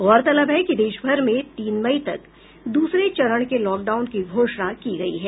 गौरततलब है कि देश भर में तीन मई तक दूसरे चरण के लॉक डाउन की घोषणा की गयी है